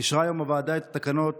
אישרה היום הוועדה את תקנות